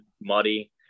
muddy